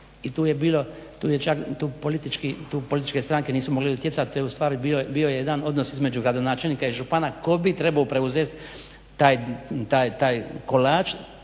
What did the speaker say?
i tu je bilo, tu čak političke stranke nisu mogle utjecati, tu je ustvari bio jedan odnos između gradonačelnika i župana tko bi trebao preuzeti taj kolač